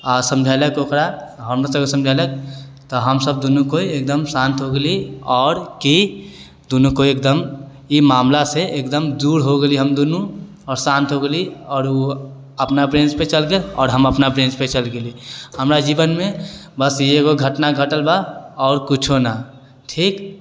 आओर समझेलक ओकरा हमरोसबके समझेलक तऽ हमसब दुन्नू कोइ एकदम शान्त होइ गेली आओर कि दुन्नू कोइ एकदम ई मामलासँ एकदम दूर हो गेली हम दुन्नू आओर शान्त हो गेली आओर ओ अपना बेञ्चपर चलि गेल हम अपना बेञ्चपर चलि गेली हमरा जीवनमे बस ई एगो घटना घटल बा आओर किछु नहि ठीक